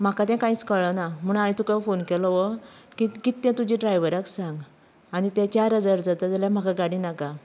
म्हाका ते कांयच कळना म्हूण हांवे तुका फोन केलो कि कितें तुजें ड्रायव्हराक सांग आनी ते चार हजार जाता जाल्यार म्हाका गाडी नाका